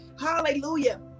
hallelujah